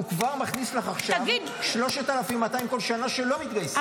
הוא כבר עכשיו מכניס לך 3,200 בכל שנה שלא מתגייסים,